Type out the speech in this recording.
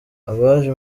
abaje